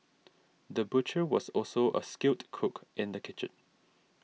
the butcher was also a skilled cook in the kitchen